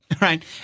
right